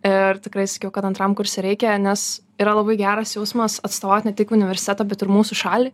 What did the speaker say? ir tikrai sakiau kad antram kurse reikia nes yra labai geras jausmas atstovaut ne tik universiteto bet ir mūsų šalį